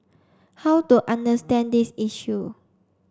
how to understand this issue